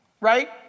Right